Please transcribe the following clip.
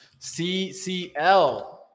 CCL